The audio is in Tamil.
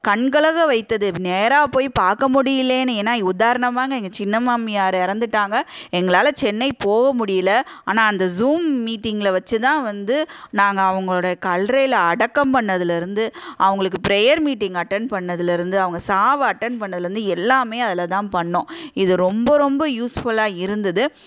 கண்கலங்க வைத்தது நேராக போய் பார்க்க முடியிலேன்னு ஏன்னா உதாரணமாங்க எங்கள் சின்ன மாமியார் இறந்துட்டாங்க எங்களால் சென்னை போக முடியலை ஆனால் அந்த ஸூம் மீட்டிங்ல வச்சு தான் வந்து நாங்கள் அவங்களோடைய கல்லறையில அடக்கம் பண்ணதில் இருந்து அவங்களுக்கு ப்ரேயர் மீட்டிங் அட்டன் பண்ணதில் இருந்து அவங்க சாவை அட்டன் பண்ணதுலேருந்து எல்லாமே அதில் தான் பண்ணோம் இது ரொம்ப ரொம்ப யூஸ்ஃபுல்லாக இருந்தது